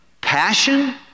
Passion